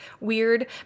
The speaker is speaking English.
weird